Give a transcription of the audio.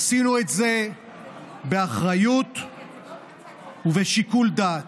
עשינו את זה באחריות ובשיקול דעת.